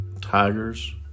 tigers